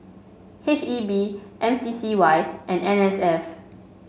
H E B M C C Y and N S F